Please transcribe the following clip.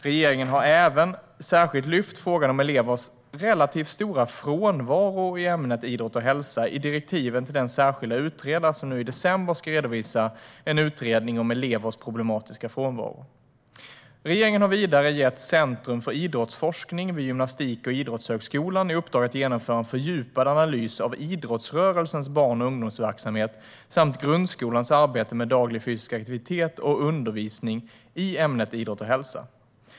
Regeringen har även särskilt lyft fram frågan om elevers relativt stora frånvaro i ämnet idrott och hälsa i direktiven till den särskilda utredare som nu i december ska redovisa en utredning om elevers problematiska frånvaro. Regeringen har vidare gett Centrum för idrottsforskning vid Gymnastik och idrottshögskolan i uppdrag att genomföra en fördjupad analys av idrottsrörelsens barn och ungdomsverksamhet samt grundskolans arbete med daglig fysisk aktivitet och undervisning i ämnet idrott och hälsa.